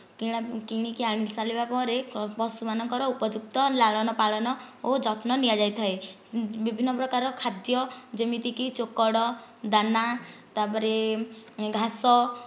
କିଣା କିଣିକି ଆଣିସାରିବା ପରେ ପଶୁମାନଙ୍କର ଉପଯୁକ୍ତ ଲାଳନ ପାଳନ ଓ ଯତ୍ନ ନିଆ ଯାଇଥାଏ ବିଭିନ୍ନ ପ୍ରକାର ଖାଦ୍ୟ ଯେମିତିକି ଚୋକଡ଼ ଦାନା ତାପରେ ଘାସ